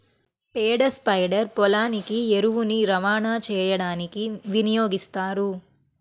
పేడ స్ప్రెడర్ పొలానికి ఎరువుని రవాణా చేయడానికి వినియోగిస్తారు